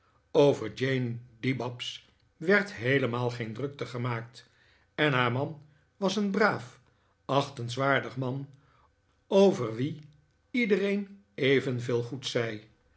over jane dibabs werd heelemaal geen drukte gemaakt en haar man was een braaf achtenswaardig man over wien iedereen evenveel goeds zei